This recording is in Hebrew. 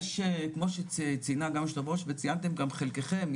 יש כמו שציינה גם היו"ר וציינתם גם חלקכם,